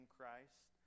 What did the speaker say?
Christ